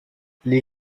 les